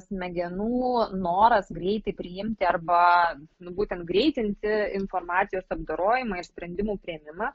smegenų noras greitai priimti arba nu būtent greitinti informacijos apdorojimą ir sprendimų priėmimą